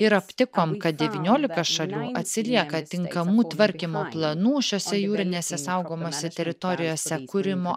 ir aptikom kad devyniolika šalių atsilieka tinkamų tvarkymo planų šiose jūrinėse saugomose teritorijose kūrimo